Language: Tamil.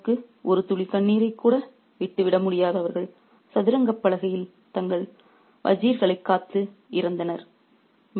தங்கள் ராஜாவுக்கு ஒரு துளி கண்ணீரை கூட விட்டுவிட முடியாதவர்கள் சதுரங்கப் பலகையில் தங்கள் வஜீர்களைக் காத்து இறந்தனர்